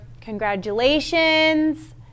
Congratulations